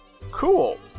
cool